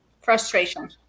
Frustration